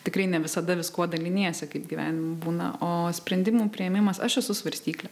tikrai ne visada viskuo daliniesi kaip gyvenime būna o sprendimų priėmimas aš esu svarstyklė